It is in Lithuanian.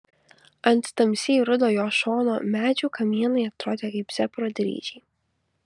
ant tamsiai rudo jo šono medžių kamienai atrodė kaip zebro dryžiai